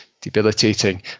debilitating